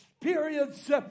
periods